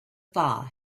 far